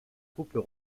troupes